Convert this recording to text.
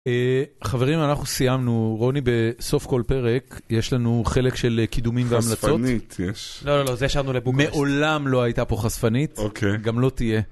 חברים, אנחנו סיימנו. רוני, בסוף כל פרק יש לנו חלק של קידומים וההמלצות. חשפנית יש. לא, לא, לא, זה שאנו לבוקרשט. מעולם לא הייתה פה חשפנית. אוקיי. גם לא תהיה.